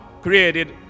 created